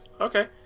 Okay